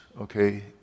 okay